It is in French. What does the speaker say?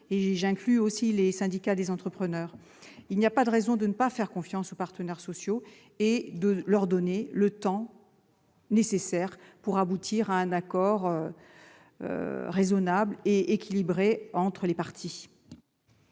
et j'inclus les syndicats des entrepreneurs. Il n'y a pas de raison de ne pas faire confiance aux partenaires sociaux et de ne pas leur donner le temps nécessaire pour aboutir à un accord raisonnable et équilibré. Je mets